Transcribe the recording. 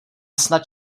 snad